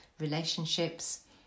relationships